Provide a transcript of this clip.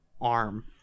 arm